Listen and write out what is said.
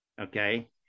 okay